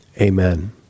Amen